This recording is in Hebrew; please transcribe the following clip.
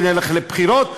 ונלך לבחירות.